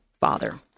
father